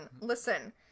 listen